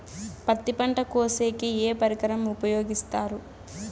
పత్తి పంట కోసేకి ఏ పరికరం ఉపయోగిస్తారు?